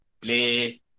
play